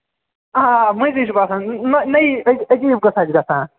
آ آ وۅنۍ کیٛاہ چھُ باسان نٔوی عجیٖب قصاہ چھِ گَژھان